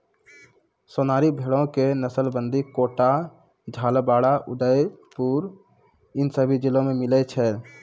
सोनारी भेड़ो के नस्ल बूंदी, कोटा, झालाबाड़, उदयपुर इ सभ जिला मे मिलै छै